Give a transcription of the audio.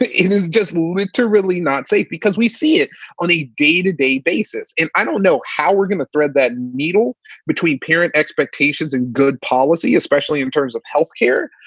it is just literally not safe because we see it on a day to day basis. and i don't know how we're going to thread that needle between parent expectations and good policy, especially in terms of health care.